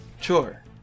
Sure